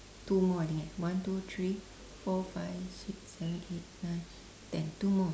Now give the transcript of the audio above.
two more I think eh one two three four five six seven eight nine ten two more